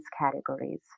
categories